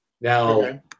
Now